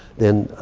then